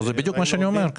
זה בדיוק מה שאני אומר.